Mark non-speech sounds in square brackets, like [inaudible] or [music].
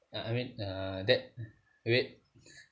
uh I mean uh that wait [breath]